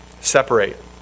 separate